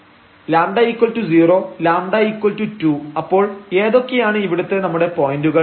λ0 λ2 അപ്പോൾ ഏതൊക്കെയാണ് ഇവിടുത്തെ നമ്മുടെ പോയന്റുകൾ